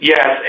Yes